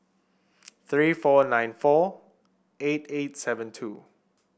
three four nine four eight eight seven two